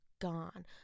gone